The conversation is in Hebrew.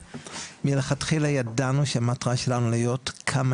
מלכתחילה ידענו שהמטרה שלנו להיות כמה